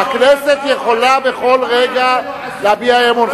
הכנסת יכולה בכל רגע להביע אי-אמון.